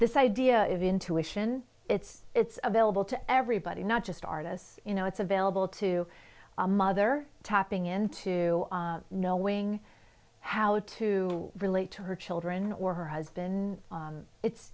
this idea of intuition it's it's available to everybody not just artists you know it's available to a mother tapping into knowing how to relate to her children or her husband it's